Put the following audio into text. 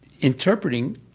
interpreting